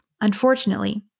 Unfortunately